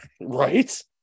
right